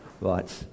right